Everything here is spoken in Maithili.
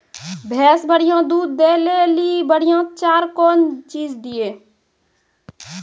भैंस बढ़िया दूध दऽ ले ली बढ़िया चार कौन चीज दिए?